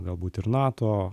galbūt ir nato